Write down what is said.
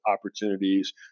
opportunities